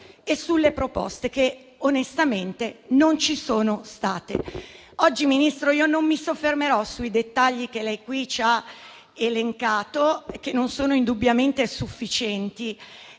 e sulle proposte, che onestamente non ci sono state. Oggi, Ministro, non mi soffermerò sui dettagli che lei qui ci ha elencato e che non sono indubbiamente sufficienti,